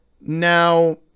Now